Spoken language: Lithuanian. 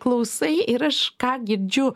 klausai ir aš ką girdžiu